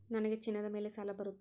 ನನಗೆ ಚಿನ್ನದ ಮೇಲೆ ಸಾಲ ಬರುತ್ತಾ?